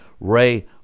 Ray